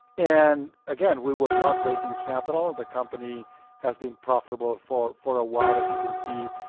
and again, we were not raising capital, the company has been profitable for for a while, as you can see.